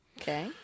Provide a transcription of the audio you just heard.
Okay